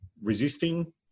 resisting